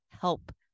help